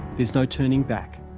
there's no turning back.